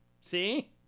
See